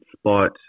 spot